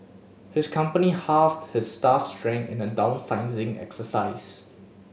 his company halved his staff strength in a downsizing exercise